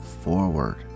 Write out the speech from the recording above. forward